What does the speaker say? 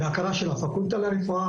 בהכרה של הפקולטה לרפואה,